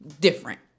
Different